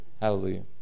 Hallelujah